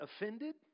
offended